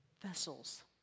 Vessels